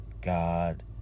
God